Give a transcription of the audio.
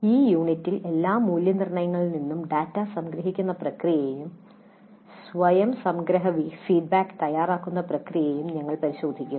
ഈ യൂണിറ്റിൽ എല്ലാ മൂല്യനിർണ്ണയങ്ങളിൽ നിന്നും ഡാറ്റ സംഗ്രഹിക്കുന്ന പ്രക്രിയയും സ്വയം സംഗ്രഹ ഫീഡ്ബാക്ക് തയ്യാറാക്കുന്ന പ്രക്രിയയും ഞങ്ങൾ പരിശോധിക്കും